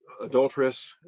adulteress